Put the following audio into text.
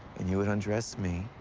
and you would undress me.